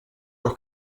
los